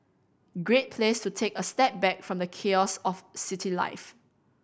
great place to take a step back from the chaos of city life